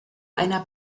einer